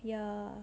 ya